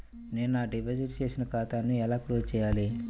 నేను నా డిపాజిట్ చేసిన ఖాతాను ఎలా క్లోజ్ చేయాలి?